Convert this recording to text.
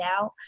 out